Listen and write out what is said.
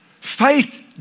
Faith